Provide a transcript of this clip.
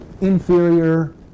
inferior